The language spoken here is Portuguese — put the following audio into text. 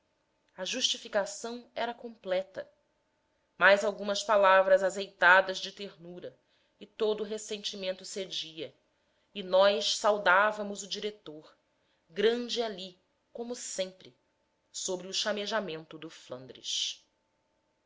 a justificação era completa mais algumas palavras azeitadas de ternura e todo ressentimento cedia e nós saudávamos o diretor grande ali como sempre sobre o chamejamento do flandres